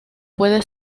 puede